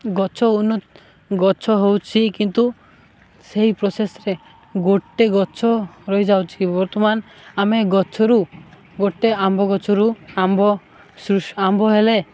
ଗଛ ଗଛ ହେଉଛି କିନ୍ତୁ ସେହି ପ୍ରୋସେସ୍ରେ ଗୋଟେ ଗଛ ରହିଯାଉଛି ବର୍ତ୍ତମାନ ଆମେ ଗଛରୁ ଗୋଟେ ଆମ୍ବ ଗଛରୁ ଆମ୍ବ ଆମ୍ବ ହେଲେ